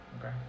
Okay